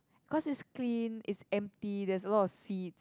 cause it's clean it's empty there's a lot of seats